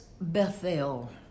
Bethel